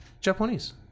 japanese